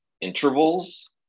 intervals